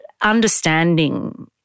understanding